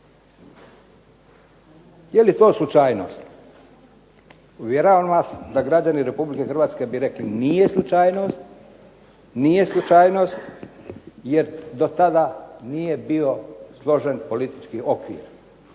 Je li to slučajnost? Uvjeravam vas da građani Republike Hrvatske bi rekli nije slučajnost jer do tada nije bio složen politički okvir.